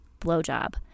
blowjob